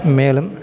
மேலும்